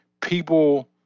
people